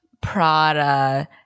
Prada